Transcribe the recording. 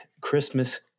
christmas